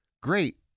Great